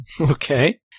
Okay